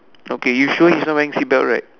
okay you sure he's not wearing seat belt right